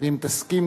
ואם תסכים,